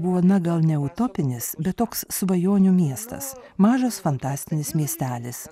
buvo na gal ne utopinis bet toks svajonių miestas mažas fantastinis miestelis